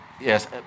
yes